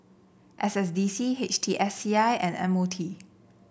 S S D C H T S C I and M O T